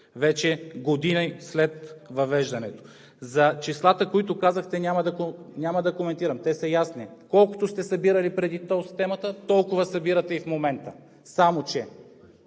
вече години след въвеждането? За числата, които казахте, няма да коментирам – те са ясни. Колкото сте събирали преди тол системата, толкова събирате и в момента, само че